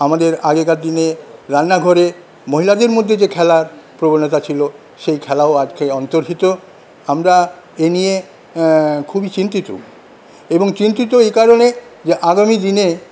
আমাদের আগেকার দিনে রান্নাঘরে মহিলাদের মধ্যে যে খেলার প্রবনতা ছিল সেই খেলাও আজকে অন্তর্হিত আমরা এই নিয়ে খুবই চিন্তিত এবং চিন্তিত এই কারণে যে আগামী দিনে